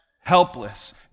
helpless